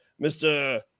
mr